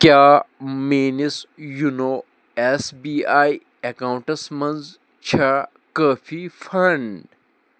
کیٛاہ میٲنِس YONO S B I accounts منٛز چھےٚ کٲفی فنڈ